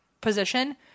position